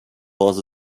was